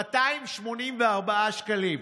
284 שקלים.